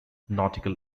nautical